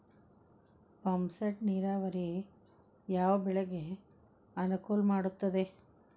Pump set ನೇರಾವರಿ ಯಾವ್ ಬೆಳೆಗೆ ಅನುಕೂಲ ಮಾಡುತ್ತದೆ?